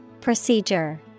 Procedure